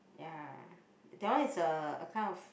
ya that one is a a kind of